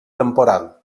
temporal